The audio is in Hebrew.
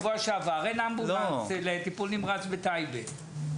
--- אין אמבולנס לטיפול נמרץ בטייבה.